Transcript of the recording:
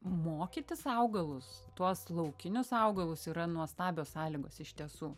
mokytis augalus tuos laukinius augalus yra nuostabios sąlygos iš tiesų